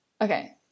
Okay